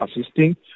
assisting